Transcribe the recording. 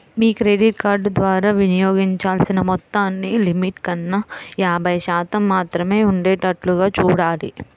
మీ credit card ద్వారా వినియోగించాల్సిన మొత్తాన్ని లిమిట్ కన్నా యాభై శాతం మాత్రమే ఉండేటట్లుగా చూడాలి